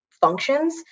functions